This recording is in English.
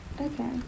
Okay